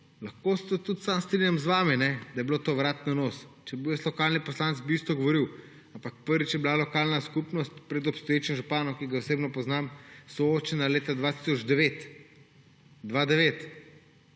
Lahko se tudi strinjam z vami, da je bilo to na vrat na nos. Če bi bil jaz lokalni poslanec, bi enako govoril, ampak prvič je bila lokalna skupnost pred obstoječim županom, ki ga osebno poznam, soočena leta 2009.